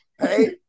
Hey